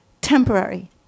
temporary